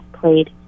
played